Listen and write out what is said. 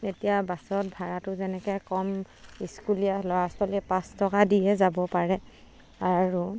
এতিয়া বাছত ভাড়াটো যেনেকৈ কম স্কুলীয়া ল'ৰা ছোৱালীয়ে পাঁচ টকা দিয়ে যাব পাৰে আৰু